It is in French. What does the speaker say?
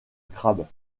crabes